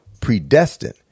predestined